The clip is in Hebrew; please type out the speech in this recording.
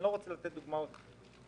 אני לא רוצה לתת דוגמאות קונקרטיות,